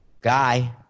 guy